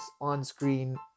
on-screen